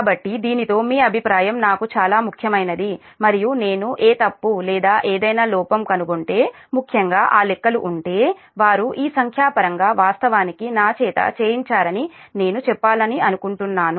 కాబట్టి దీనితో మీ అభిప్రాయం నాకు చాలా ముఖ్యమైనది మరియు నేను ఏ తప్పు లేదా ఏదైనా లోపం కనుగొంటే ముఖ్యంగా ఆ లెక్కలు ఉంటే వారు ఈ సంఖ్యాపరంగా వాస్తవానికి నా చేత చేయించారని నేను చెప్పాలనుకుంటున్నాను